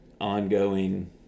ongoing